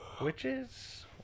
witches